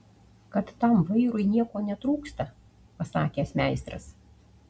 kad tam vairui nieko netrūksta pasakęs meistras